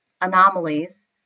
anomalies